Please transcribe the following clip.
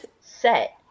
set